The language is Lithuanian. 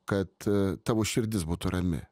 kad tavo širdis būtų rami